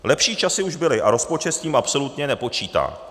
Lepší časy už byly a rozpočet s tím absolutně nepočítá.